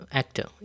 actor